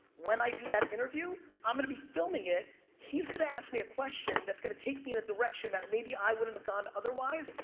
when i do that interview, i'm gonna be filming it. he's gonna ask me a question that's gonna take me in a direction that maybe i wouldn't have gone otherwise.